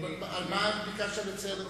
מה ביקשת לציין?